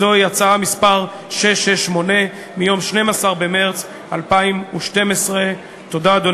זוהי החלטה מס' 668 מיום 12 במרס 2012. תודה,